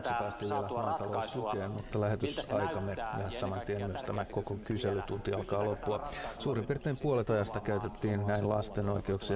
miten luonnehditte tätä saatua ratkaisua miltä se näyttää ja ennen kaikkea tärkeämpi kysymys vielä pystytäänkö tällä ratkaisulla nyt sitten turvaamaan suomalaisen ruuantuotannon tulevaisuus